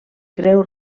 creu